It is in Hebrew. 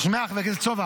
אתה שומע, חבר הכנסת סובה?